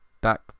back